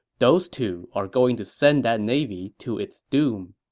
those two are going to send that navy to its doom.